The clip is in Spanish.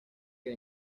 que